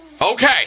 Okay